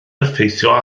effeithio